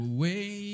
Away